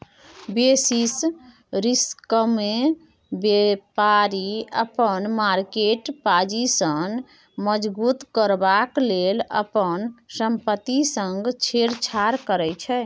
basis रिस्कमे बेपारी अपन मार्केट पाजिशन मजगुत करबाक लेल अपन संपत्ति संग छेड़छाड़ करै छै